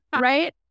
Right